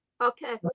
Okay